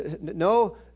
no